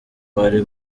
bari